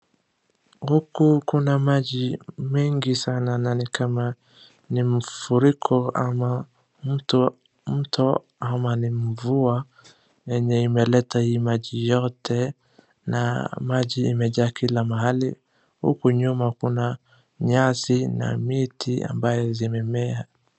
Huku kuna maji mengi sana na nikama ni mafuriko ama mto ama ni mvua yenye iemeleta hii maji yote na maji imejaa kila mahali. Huku nyuma kuna nyasi na miti ambazo zimemea.